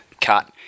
cut